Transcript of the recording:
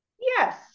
Yes